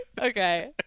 Okay